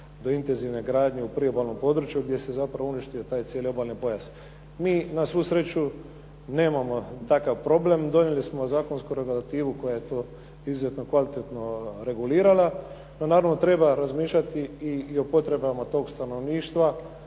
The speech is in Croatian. do intenzivne gradnje u priobalnom području gdje se zapravo uništio taj cijeli obalni pojas. Mi na svu sreću nemamo takav problem. Donijeli smo zakonsku regulativu koja je to izuzetno kvalitetno regulirala, no naravno treba razmišljati i o potrebama tog stanovništva